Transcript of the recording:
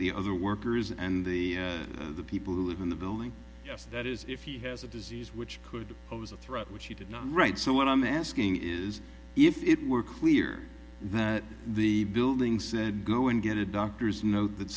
the other workers and the people who live in the building yes that is if he has a disease which could pose a threat which he did not write so what i'm asking is if it were clear that the building said go and get a doctor's note that